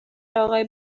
آقای